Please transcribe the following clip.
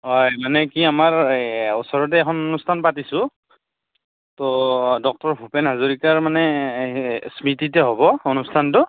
হয় মানে কি আমাৰ ওচৰতে এখন অনুষ্ঠান পাতিছোঁ ত' ডক্টৰ ভূপেন হাজৰিকাৰ মানে স্মৃতিতে হ'ব অনুষ্ঠানটো